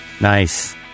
Nice